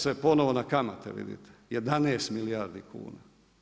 se ponovno na kamate, vidite, 11 milijardi kuna.